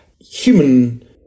human